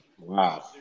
wow